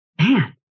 man